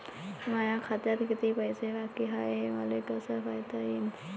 माया खात्यात कितीक पैसे बाकी हाय हे मले कस पायता येईन?